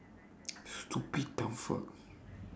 stupid dumb fuck